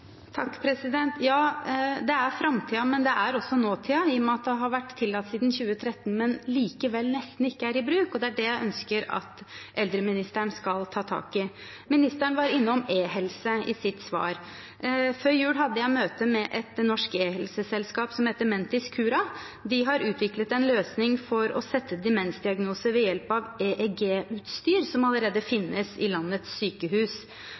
Ja, det er framtiden, men det er også nåtiden, i og med at det har vært tillatt siden 2013, men likevel nesten ikke er i bruk, og det er det jeg ønsker at eldreministeren skal ta tak i. Ministeren var innom e-helse i sitt svar. Før jul hadde jeg møte med et norsk e-helseselskap som heter Mentis Cura. De har utviklet en løsning for å sette demensdiagnose ved hjelp av EEG-utstyr, som allerede finnes i landets sykehus.